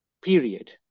period